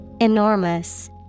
Enormous